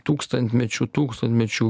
tūkstantmečių tūkstantmečių